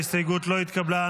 ההסתייגות לא התקבלה.